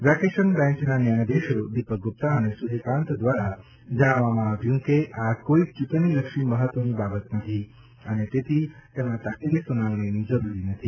vacation બેન્ચના ન્યાયાધીશો દીપક ગુપ્તા અને સૂર્યકાન્ત દ્વારા જણાવવામાં આવ્યું કે આ કોઇ ચૂંટણીલક્ષી મહત્વની બાબત નથી અને તેથી તેમાં તાકીદે સુનાવણી જરૂરી નથી